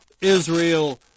Israel